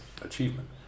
achievement